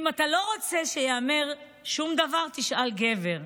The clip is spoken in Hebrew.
אם אתה לא רוצה שייאמר שום דבר, תשאל גבר,